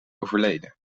overleden